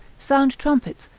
sound trumpets,